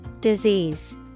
Disease